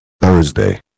Thursday